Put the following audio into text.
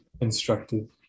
instructive